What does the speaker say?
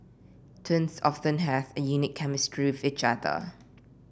twins often have a unique chemistry with each other